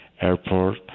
Airport